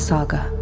Saga